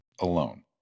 alone